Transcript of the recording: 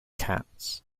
cats